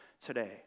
today